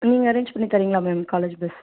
நீங்கள் அரேஞ்ச் பண்ணித் தரீங்களா மேம் காலேஜ் பஸ்